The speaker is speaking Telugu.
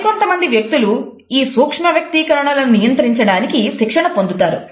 మరికొంతమంది వ్యక్తులు ఈ సూక్ష్మ వ్యక్తీకరణలను నియంత్రించడానికి శిక్షణ పొందుతారు